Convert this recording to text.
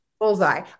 Bullseye